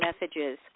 messages